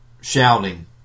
shouting